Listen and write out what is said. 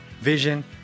vision